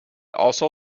also